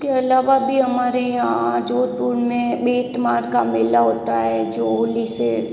इसके अलावा भी हमारे यहाँ जोधपुर में बैट मार का मेला होता है जो होली से